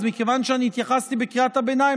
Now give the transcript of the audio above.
אז מכיוון שהתייחסתי בקריאת ביניים,